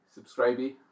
subscribey